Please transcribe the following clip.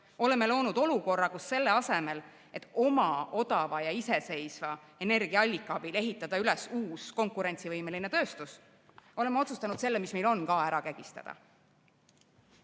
oleme loonud olukorra, kus selle asemel, et oma odava ja iseseisva energiaallika abil ehitada üles uus konkurentsivõimeline tööstus, oleme otsustanud selle, mis meil on, ära kägistada. Hüva,